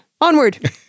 onward